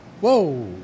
Whoa